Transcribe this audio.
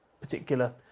particular